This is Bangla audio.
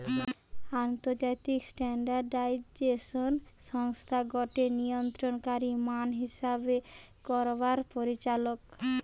আন্তর্জাতিক স্ট্যান্ডার্ডাইজেশন সংস্থা গটে নিয়ন্ত্রণকারী মান হিসেব করবার পরিচালক